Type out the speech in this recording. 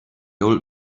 old